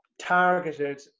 targeted